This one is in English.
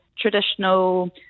Traditional